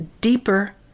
deeper